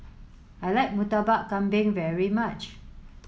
I like Murtabak Kambing very much